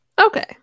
Okay